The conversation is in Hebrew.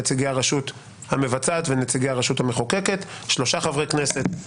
נציגי הרשות המבצעת ונציגי הרשות המחוקקת שלושה חברי כנסת,